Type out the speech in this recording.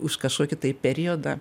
už kašokį tai periodą